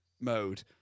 mode